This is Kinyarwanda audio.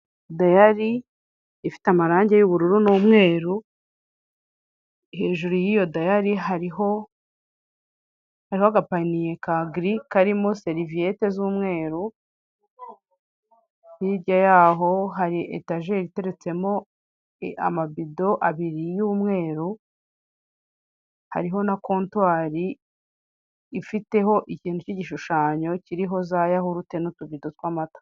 Dayari ifite amarange y'ubururu n'umweru hejuru yiyo dayari hariho agapaniye gasa nk'ivu(grey) karimo seriviyete z'umweru, hirya y'aho hari etaje iteretsemo amabido abiri y'umweru, hariho na kontwari ifiteho ikintu kigishushanyo kiriho za yahurute n'utubido tw'amata.